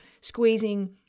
squeezing